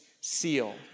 seal